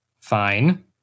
Fine